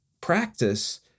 practice